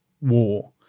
war